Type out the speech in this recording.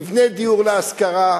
נבנה דיור להשכרה.